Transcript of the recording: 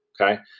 okay